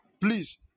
Please